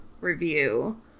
review